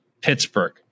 Pittsburgh